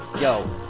Yo